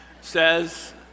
says